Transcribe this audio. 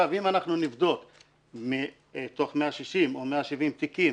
אם אנחנו נבדוק מתוך 160, או 170 תיקים,